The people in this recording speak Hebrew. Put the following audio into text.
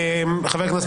חבר הכנסת